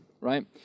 right